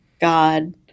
God